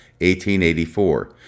1884